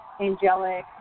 angelic